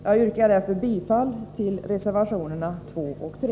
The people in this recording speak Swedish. Jag yrkar därför bifall till reservationerna 2 och 3.